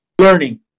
learning